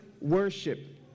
worship